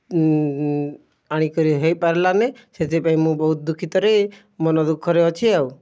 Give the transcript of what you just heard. ଆଣିକରି ହେଇପାରିଲାନି ସେଥିପାଇଁ ମୁଁ ବହୁତ୍ ଦୁଃଖିତରେ ମନ ଦୁଃଖରେ ଅଛି ଆଉ